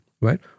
Right